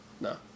No